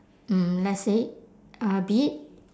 mm let's say a bit